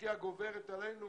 טורקיה גוברת עלינו